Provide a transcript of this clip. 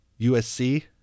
USC